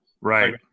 right